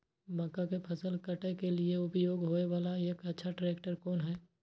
मक्का के फसल काटय के लिए उपयोग होय वाला एक अच्छा ट्रैक्टर कोन हय?